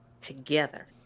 together